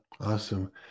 Awesome